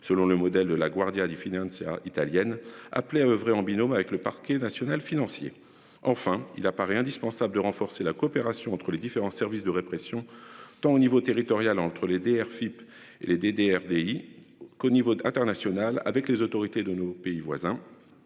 selon le modèle de la Guardia di financière italienne appelés à oeuvrer en binôme avec le parquet national financier. Enfin, il apparaît indispensable de renforcer la coopération entre les différents services de répression tant au niveau territorial entre l'aider Airship et les DD RDI qu'au niveau international avec les autorités de nos pays voisins.